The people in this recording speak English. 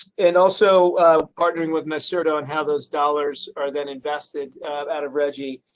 and also partnering with mustard on how those dollars are then invested out of reggie.